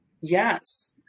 Yes